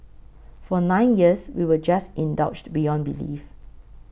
for nine years we were just indulged beyond belief